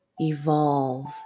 evolve